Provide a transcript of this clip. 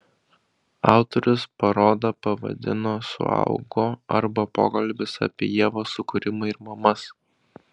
autorius parodą pavadino suaugo arba pokalbis apie ievos sukūrimą ir mamas